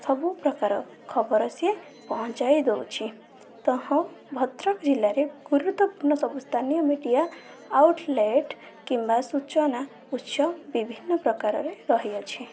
ସବୁପ୍ରକାର ଖବର ସିଏ ପହଞ୍ଚାଇ ଦେଉଛି ତ ହଁ ଭଦ୍ରକ ଜିଲ୍ଲାରେ ଗୁରୁତ୍ଵପୂର୍ଣ୍ଣ ସବୁ ସ୍ଥାନୀୟ ମିଡ଼ିଆ ଆଉଟଲେଟ୍ କିମ୍ବା ସୂଚନା ଉତ୍ସ ବିଭିନ୍ନ ପ୍ରକାରରେ ରହିଅଛି